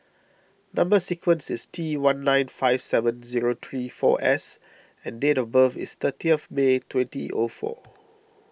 Number Sequence is T one nine five seven zero three four S and date of birth is thirty of May twenty O four